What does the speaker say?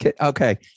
Okay